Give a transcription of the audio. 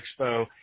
Expo